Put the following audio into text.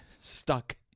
stuck